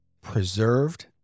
preserved